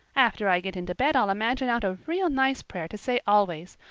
after i get into bed i'll imagine out a real nice prayer to say always.